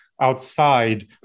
outside